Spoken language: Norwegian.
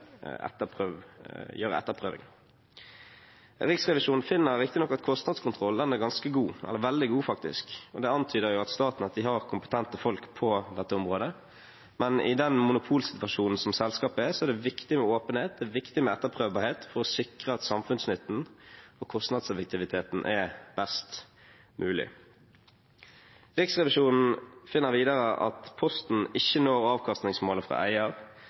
gjøre etterprøving. Riksrevisjonen finner riktignok at kostnadskontrollen er veldig god. Det antyder at Statnett har kompetente folk på dette området, men i den monopolsituasjonen som selskapet er, er det viktig med åpenhet, og det er viktig med etterprøvbarhet for å sikre at samfunnsnytten og kostnadseffektiviteten er best mulig. Riksrevisjonen finner videre at Posten ikke når avkastningsmålet fra